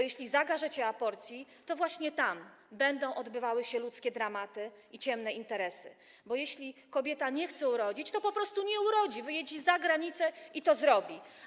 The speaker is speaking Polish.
Jeśli zakażecie aborcji, to właśnie tam będą odbywały się ludzkie dramaty i ciemne interesy, bo jeśli kobieta nie chce urodzić, to po prostu nie urodzi, wyjedzie za granicę i to zrobi.